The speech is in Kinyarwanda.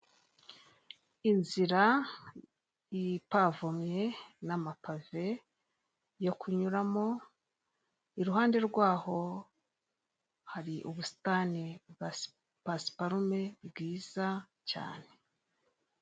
Inzira pavomye n'amapave yo kunyuramo iruhande rwaho hari ubusitani bwa pasiparume bwiza cyane.